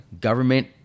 Government